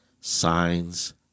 signs